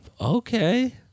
Okay